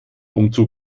umzug